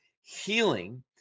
healing